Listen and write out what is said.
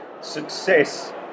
success